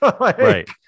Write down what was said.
Right